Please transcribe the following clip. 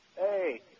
Hey